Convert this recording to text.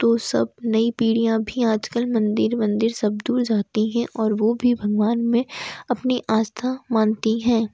तो सब नई पीढ़ियाँ भी आजकल मंदिर वंदिर सब दूर जाती हैं और वो भी भगवान में अपनी आस्था मानती हैं